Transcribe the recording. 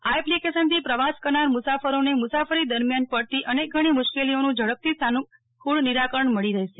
આ એપ્લિકેશનથી પ્રવાસ કરનાર મુસાફરોને મુસાફરી દરમિયાન પડતી અનેકગણી મુશ્કેલીઓનું ઝડપથી સાનુક્રળ નિરાકરણ મળી રહેશે